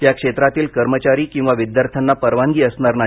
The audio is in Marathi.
या क्षेत्रातील कर्मचारी किंवा विद्यार्थ्यांना परवानगी असणार नाही